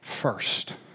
first